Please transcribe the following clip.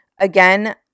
Again